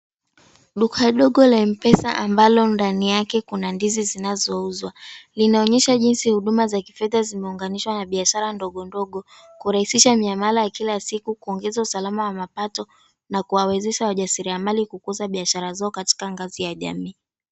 Duka dogo la Mpesa, ambalo ndani yake kuna ndizi zinazouzwa, linaonyesha jinsi huduma za kifedha zimeunganishwa na biashara za ndogo ndogo, kurahisisha mnyamala wa kila siku, kuongeza usalama wa mapato, na kuwawezesha wajasiriamali kukuza biashara zao katika ngazi ya jamii.